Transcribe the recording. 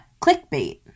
clickbait